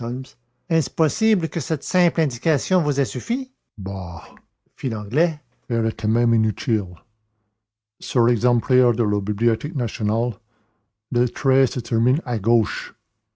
est-ce possible que cette simple indication vous ait suffi bah fit l'anglais elle était même inutile sur l'exemplaire de la bibliothèque nationale le trait se termine à gauche